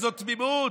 בכזאת תמימות.